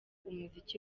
umuziki